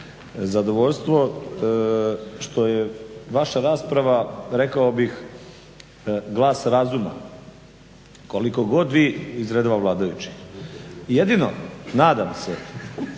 zadovoljstvo što je vaša rasprava rekao bih glas razuma. Koliko god vi iz redova vladajućih, jedino nadam se